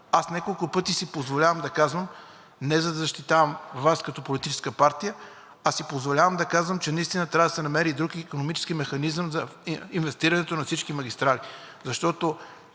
аз няколко пъти си позволявам да казвам, не за да защитавам Вас като политическа партия, а си позволявам да казвам, че наистина трябва да се намери друг икономически механизъм за инвестирането на всички магистрали. Защото